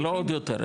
זה לא עוד יותר,